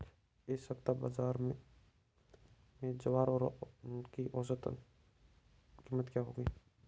इस सप्ताह बाज़ार में ज्वार की औसतन कीमत क्या रहेगी?